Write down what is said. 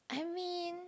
I mean